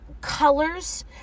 colors